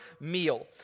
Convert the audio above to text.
Meal